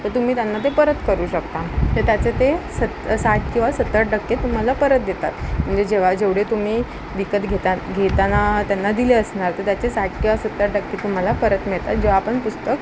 तर तुम्ही त्यांना ते परत करू शकता तर त्याचे ते सत् साठ किंवा सत्तर टक्के तुम्हाला परत देतात म्हणजे जेव्हा जेवढे तुम्ही विकत घेता घेताना त्यांना दिले असणार तर त्याचे साठ किंवा सत्तर टक्के तुम्हाला परत मिळतात जेव्हा पण पुस्तक